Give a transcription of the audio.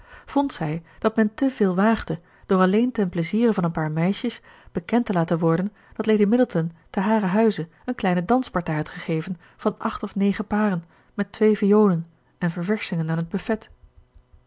vond zij dat men te veel waagde door alleen ten pleiziere van een paar meisjes bekend te laten worden dat lady middleton ten haren huize eene kleine danspartij had gegeven van acht of negen paren met twee violen en ververschingen aan het buffet